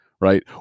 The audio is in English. right